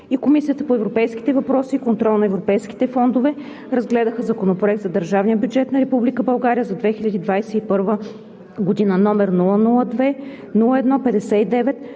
и Комисията по европейските въпроси и контрол на европейските фондове разгледаха Законопроект за държавния бюджет на Република България за 2021 г., № 002-01-59,